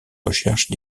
recherches